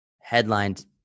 headlined